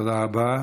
תודה רבה.